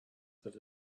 that